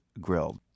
grilled